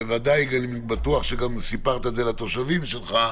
אני בטוח שגם סיפרת את זה לתושבים שלך,